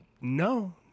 No